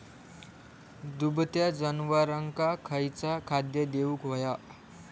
दुभत्या जनावरांका खयचा खाद्य देऊक व्हया?